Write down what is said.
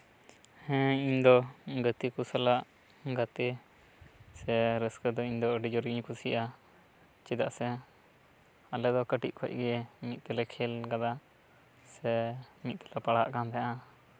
ᱦᱮᱸ ᱤᱧ ᱫᱚ ᱜᱟᱛᱮ ᱠᱚ ᱥᱟᱞᱟᱜ ᱜᱟᱛᱮ ᱥᱮ ᱨᱟᱹᱥᱠᱟᱹ ᱫᱚ ᱤᱧ ᱫᱚ ᱟᱹᱰᱤ ᱡᱳᱨᱤᱧ ᱠᱩᱥᱤᱭᱟᱜᱼᱟ ᱪᱮᱫᱟᱜ ᱥᱮ ᱟᱞᱮ ᱫᱚ ᱠᱟᱹᱴᱤᱡ ᱠᱷᱚᱡ ᱜᱮ ᱢᱤᱫ ᱛᱮᱞᱮ ᱠᱷᱮᱞ ᱠᱟᱫᱟ ᱥᱮ ᱢᱤᱫ ᱛᱮᱞᱮ ᱯᱟᱲᱦᱟᱜ ᱠᱟᱱ ᱛᱟᱦᱮᱱᱟ